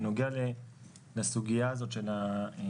בנוגע לסוגיה הזאת של הזקנים